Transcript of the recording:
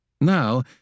Now